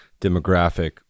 demographic